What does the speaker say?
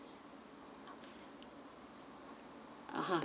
a'ah